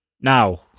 Now